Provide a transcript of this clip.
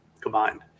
combined